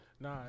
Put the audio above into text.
Nah